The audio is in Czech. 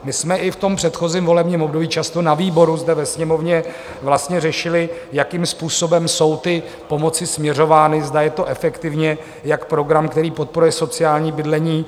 My jsme i v předchozím volebním období často na výboru zde ve Sněmovně řešili, jakým způsobem jsou ty pomoci směřovány, zda je to efektivně, jak program, který podporuje sociální bydlení.